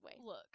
look